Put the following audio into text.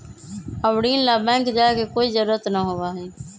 अब ऋण ला बैंक जाय के कोई जरुरत ना होबा हई